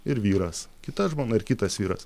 ir vyras kita žmona ir kitas vyras